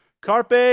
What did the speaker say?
carpe